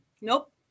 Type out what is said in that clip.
Nope